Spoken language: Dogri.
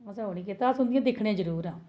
तां उंदियां दिक्खने जरूर आं